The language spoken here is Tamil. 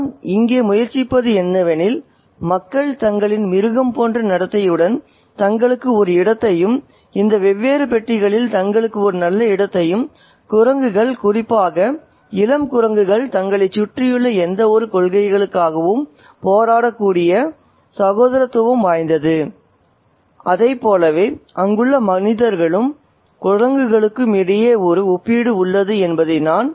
நான் இங்கே இணைக்க முயற்சிப்பது என்னவெனில் மக்கள் தங்களின் மிருகம் போன்ற நடத்தையுடன் தங்களுக்கு ஒரு இடத்தையும் இந்த வெவ்வேறு பெட்டிகளில் தங்களுக்கு ஒரு நல்ல இடத்தையும் குரங்குகள் குறிப்பாக இளம் குரங்குகள் தங்களைச் சுற்றியுள்ள எந்தவொரு கொள்ளைகளுக்காகவும் போராட கூடிய சகோதரத்துவம் வாய்ந்தது அதைப்போலவே அங்குள்ள மனிதர்களுக்கும் குரங்குகளுக்கும் இடையே ஒரு ஒப்பீடு உள்ளது என்பதை தான்